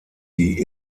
die